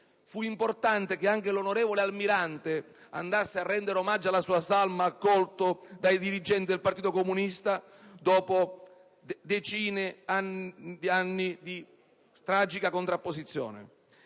Fu importante che anche l'onorevole Almirante andasse a rendere omaggio alla sua salma, accolto dai dirigenti del Partito Comunista, dopo anni di tragica contrapposizione.